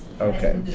Okay